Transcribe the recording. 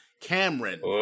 Cameron